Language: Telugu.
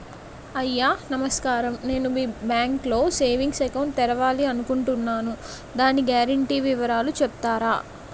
అయ్యా నమస్కారం నేను మీ బ్యాంక్ లో సేవింగ్స్ అకౌంట్ తెరవాలి అనుకుంటున్నాను దాని గ్యారంటీ వివరాలు చెప్తారా?